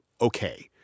okay